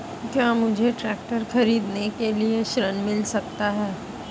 क्या मुझे ट्रैक्टर खरीदने के लिए ऋण मिल सकता है?